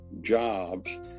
jobs